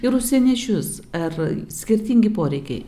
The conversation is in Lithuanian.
ir užsieniečius ar skirtingi poreikiai